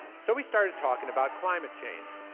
so we started talking about climate change.